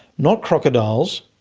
not crocodiles,